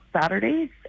Saturdays